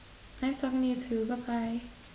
nice talking to you too bye bye